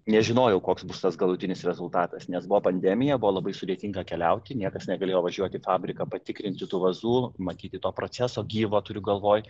nežinojau koks bus tas galutinis rezultatas nes buvo pandemija buvo labai sudėtinga keliauti niekas negalėjo važiuot į fabriką patikrinti tų vazų matyti to proceso gyvo turiu galvoj